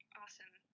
awesome